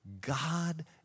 God